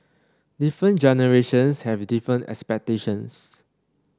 different generations have different expectations